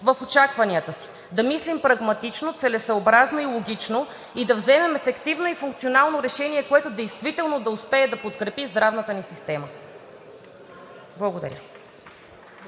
в очакванията си, да мислим прагматично, целесъобразно и логично и да вземем ефективно и функционално решение, което действително да успее да подкрепи здравната ни система. Благодаря.